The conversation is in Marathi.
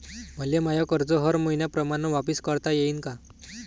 मले माय कर्ज हर मईन्याप्रमाणं वापिस करता येईन का?